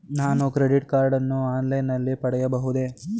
ನಾನು credit card ಅನ್ನು online ನಲ್ಲಿ ಪಡೆಯಬಹುದೇ?